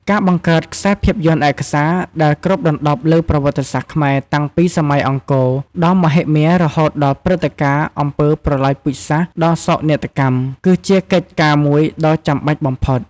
ការបង្កើតខ្សែភាពយន្តឯកសារដែលគ្របដណ្តប់លើប្រវត្តិសាស្ត្រខ្មែរតាំងពីសម័យអង្គរដ៏មហិមារហូតដល់ព្រឹត្តិការណ៍អំពើប្រល័យពូជសាសន៍ដ៏សោកនាដកម្ម គឺជាកិច្ចការមួយដ៏ចាំបាច់បំផុត។